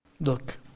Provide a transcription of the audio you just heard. Look